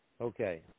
Okay